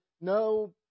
no